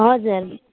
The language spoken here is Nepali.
हजुर